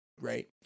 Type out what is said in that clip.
Right